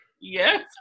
yes